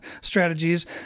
strategies